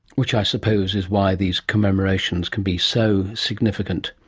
which i suppose is why these commemorations can be so significant.